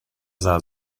sah